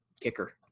kicker